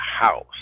house